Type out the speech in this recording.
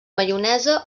maionesa